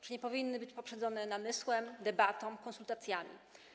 Czy nie powinny być poprzedzone namysłem, debatą, konsultacjami?